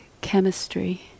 chemistry